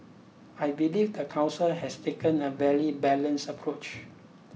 I believe the Council has taken a very balanced approach